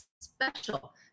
special